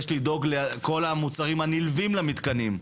יש לדאוג לכל המוצרים הנלווים למתקנים,